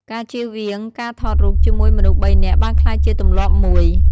ការជៀសវាងការថតរូបជាមួយមនុស្សបីនាក់បានក្លាយជាទម្លាប់មួយ។